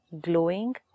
glowing